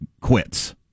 quits